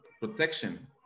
protection